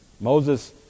Moses